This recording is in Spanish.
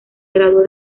graduó